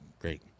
Great